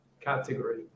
category